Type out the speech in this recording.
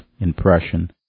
impression